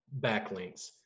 backlinks